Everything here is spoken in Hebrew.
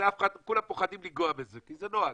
כולם פוחדים לגעת בזה כי זה נוהג.